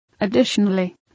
Additionally